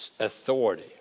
authority